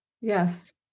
Yes